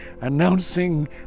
announcing